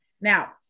Now